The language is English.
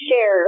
share